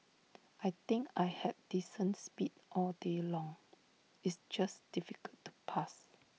I think I had descents speed all day long it's just difficult to pass